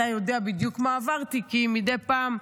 אתה יודע בדיוק מה עברתי, כי מדי פעם,